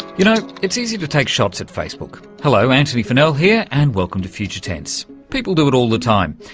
you know it's easy to take shots at facebook. hello, antony funnell here, and welcome to future tense. people do it all the time.